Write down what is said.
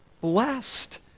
blessed